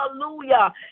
hallelujah